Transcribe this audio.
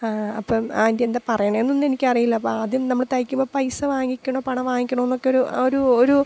അപ്പം ആൻ്റി എന്താ പറയണത് എന്നൊന്നും എനിക്കറിയില്ല അപ്പം ആദ്യം നമ്മൾ തയ്ക്കുമ്പോൾ പൈസ വാങ്ങിക്കണോ പണം വാങ്ങിക്കണോ എന്നൊക്കെ ഒരു ഒരു ഒരു